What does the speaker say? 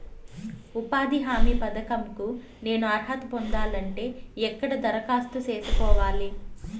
ఉపాధి హామీ పథకం కు నేను అర్హత పొందాలంటే ఎక్కడ దరఖాస్తు సేసుకోవాలి?